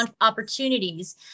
opportunities